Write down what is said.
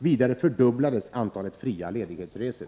Vidare fördubblades antalet fria ledighetsresor.